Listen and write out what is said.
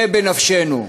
זה בנפשנו.